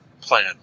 plan